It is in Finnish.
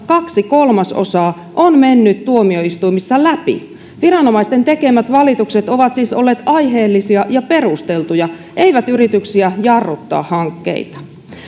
kaksi kolmasosaa on mennyt tuomioistuimissa läpi viranomaisten tekemät valitukset ovat siis olleet aiheellisia ja perusteltuja eivät yrityksiä jarruttaa hankkeita